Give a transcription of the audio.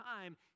time